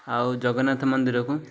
ଆଉ ଜଗନ୍ନାଥ ମନ୍ଦିରକୁ